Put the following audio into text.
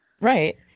right